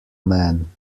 man